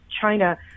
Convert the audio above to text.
China